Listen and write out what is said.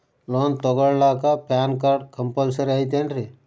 Loan ತೊಗೊಳ್ಳಾಕ PAN card compulsory ಐಯ್ತೇನ್ರಿ?